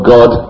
God